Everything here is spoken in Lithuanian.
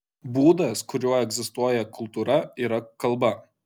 būdas kuriuo egzistuoja kultūra yra kalba